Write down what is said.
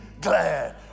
glad